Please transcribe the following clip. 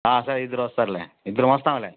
సరే ఇద్దరు వస్తారులే ఇద్దరం వస్తాంలే